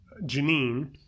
Janine